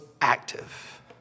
active